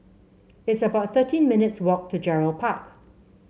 it's about thirteen minutes' walk to Gerald Park